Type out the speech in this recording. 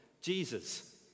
Jesus